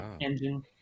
engine